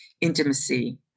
intimacy